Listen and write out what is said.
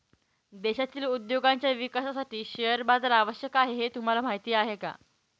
देशातील उद्योगांच्या विकासासाठी शेअर बाजार आवश्यक आहे हे तुम्हाला माहीत आहे का?